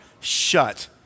shut